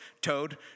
toad